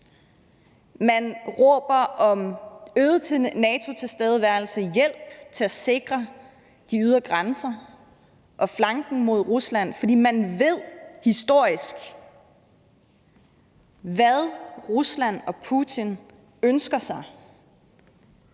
Man råber på øget NATO-tilstedeværelse, hjælp til at sikre de ydre grænser og flanken mod Rusland, fordi man ved historisk, hvad Rusland og Putin ønsker sig,